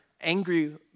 angry